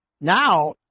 now